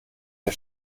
der